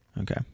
Okay